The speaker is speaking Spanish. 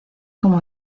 como